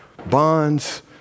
Bonds